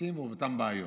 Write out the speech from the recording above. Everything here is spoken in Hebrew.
נושאים ובאותן בעיות.